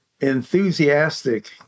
enthusiastic